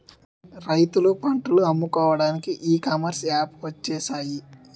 రైతులు పంటలు అమ్ముకోవడానికి ఈ కామర్స్ యాప్స్ వచ్చేసాయి